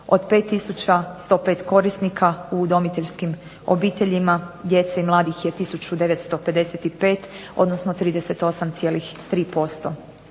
105 korisnika u udomiteljskim obiteljima djece i mladih je tisuću 955, odnosno 38,3%.